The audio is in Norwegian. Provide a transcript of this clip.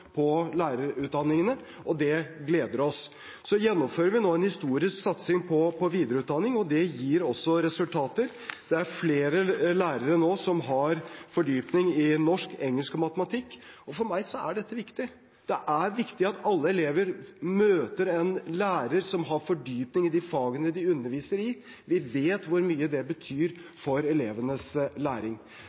på lærerutdanningene, og det gleder oss. Så gjennomfører vi nå en historisk satsing på videreutdanning, og det gir også resultater. Det er flere lærere nå som har fordypning i norsk, engelsk og matematikk. For meg er dette viktig. Det er viktig at alle elever møter lærere som har fordypning i de fagene de underviser i. Vi vet hvor mye det betyr for elevenes læring.